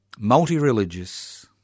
multireligious